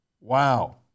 Wow